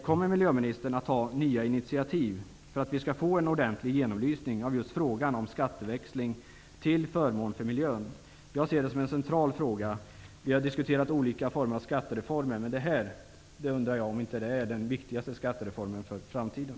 Kommer miljöministern att ta nya initiativ för att vi skall få en ordentlig genomlysning av just frågan om skatteväxling till förmån för miljön? Jag ser det som en central fråga. Olika former av skattereformer har diskuterats. Men jag undrar om inte detta är den viktigaste skattereformen för framtiden.